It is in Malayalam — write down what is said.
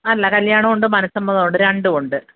അല്ല കല്യാണവുമുണ്ട് മനസ്സമ്മതവുമുണ്ട് രണ്ടുമുണ്ട്